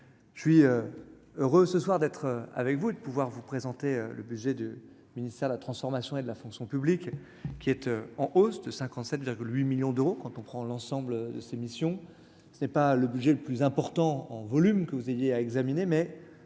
je suis heureux ce soir d'être avec vous de pouvoir vous présenter le budget du ministère de la transformation et de la fonction publique, qui êtes en hausse de 57,8 millions d'euros quand on prend l'ensemble de ses missions, ce n'est pas le budget le plus important en volume que vous ayez à examiner, mais